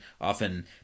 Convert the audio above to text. often